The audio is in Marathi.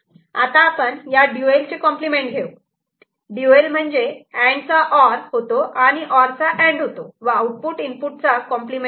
आता आपण या ड्युवेल चे कॉम्प्लिमेंट घेऊ ड्युवेल म्हणजे अँड चा ऑर होतो आणि ऑर चा अँड होतो व आउटपुट इनपुट चा कॉम्प्लिमेंट होतो